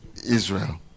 Israel